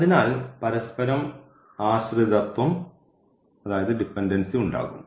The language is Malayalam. അതിനാൽ പരസ്പരം ആശ്രിതത്വം ഉണ്ടാകും